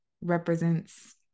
represents